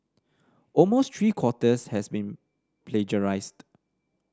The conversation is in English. almost three quarters has been plagiarised